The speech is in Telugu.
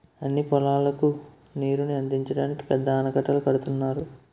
అన్ని పొలాలకు నీరుని అందించడానికి పెద్ద ఆనకట్టలు కడుతున్నారు